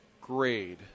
grade